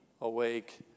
awake